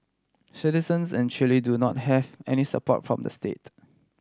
citizens in Chile do not have any support from the state